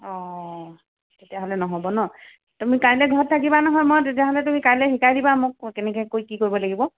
অ' তেতিয়াহ'লে নহ'ব ন তুমি কাইলৈ ঘৰত থাকিবা নহয় মই তেতিয়াহ'লে তুমি কাইলৈ শিকাই দিবা মোক মই কেনেকৈ কি কৰিব লাগিব